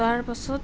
তাৰ পাছত